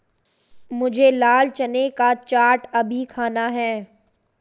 मुझे लाल चने का चाट अभी खाना है